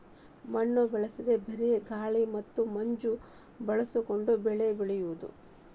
ಮಣ್ಣು ಬಳಸದೇ ಬರೇ ಗಾಳಿ ಮತ್ತ ಮಂಜ ಬಳಸಕೊಂಡ ಬೆಳಿ ಬೆಳಿಯುದು